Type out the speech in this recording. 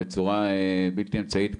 בצורה בלתי אמצעית,